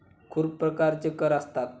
खूप प्रकारचे कर आहेत